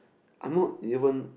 I'm not even